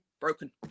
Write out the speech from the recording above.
broken